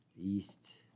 East